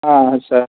సరే